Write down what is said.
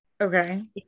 Okay